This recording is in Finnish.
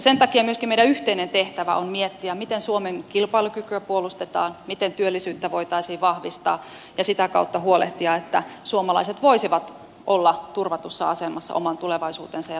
sen takia myöskin meidän yhteinen tehtävämme on miettiä miten suomen kilpailukykyä puolustetaan ja miten työllisyyttä voitaisiin vahvistaa ja sitä kautta huolehtia että suomalaiset voisivat olla turvatussa asemassa oman tulevaisuutensa ja taloutensa suhteen